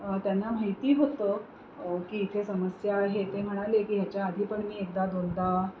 त्यांना माहिती होतं की इथे समस्या आहे ते म्हणाले की ह्याच्या आधी पण मी एकदा दोनदा